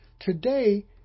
today